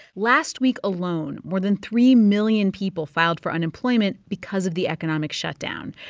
last week alone, more than three million people filed for unemployment because of the economic shutdown.